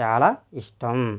చాలా ఇష్టం